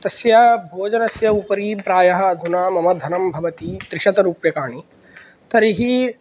तस्य भोजनस्य उपरि प्रायः अधुना मम धनं भवति त्रिशतरूप्यकाणि तर्हि